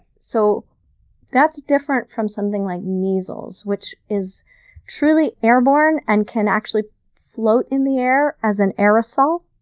so that's different from something like measles, which is truly airborne and can actually float in the air as an aerosol.